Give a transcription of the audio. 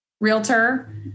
realtor